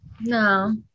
no